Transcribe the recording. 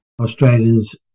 Australians